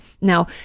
now